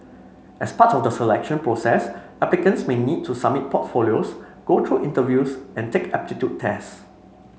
as part of the selection process applicants may need to submit portfolios go through interviews and take aptitude tests